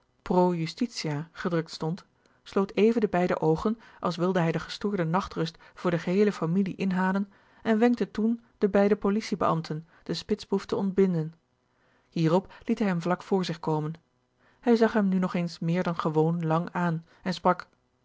pro justitia gedrukt stond sloot even de beide oogen als wilde hij de gestoorde nachtrust voor de geheele familie inhalen en wenkte toen de beide policiebeambten den spitsboef te ontbinden hierop liet hij hem vlak voor zich komen hij zag hem nu nog eens meer dan gewoon lang aan en sprak